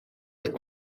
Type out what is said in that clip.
être